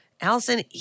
Allison